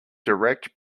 direct